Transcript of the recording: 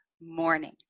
morning